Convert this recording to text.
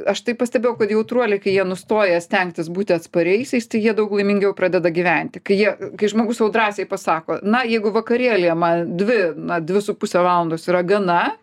aš tai pastebėjau kad jautruoliai kai jie nustoja stengtis būti atspariaisiais tai jie daug laimingiau pradeda gyventi kai jie kai žmogus sau drąsiai pasako na jeigu vakarėlyje man dvi na dvi su puse valandos yra gana